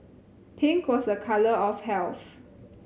pink was a colour of health